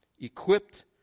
equipped